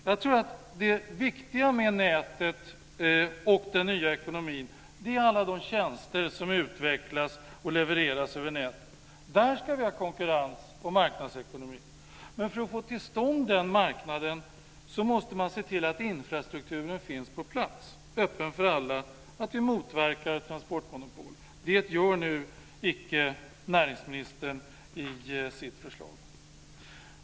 Jag tror att det viktiga med nätet och den nya ekonomin är alla de tjänster som utvecklas och levereras över nätet. Där ska vi ha konkurrens och marknadsekonomi. Men för att få till stånd den marknaden måste man se till att infrastrukturen finns på plats, öppen för alla, och att vi motverkar transportmonopol. Det gör icke näringsministern i sitt förslag.